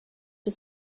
for